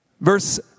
Verse